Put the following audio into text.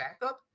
backup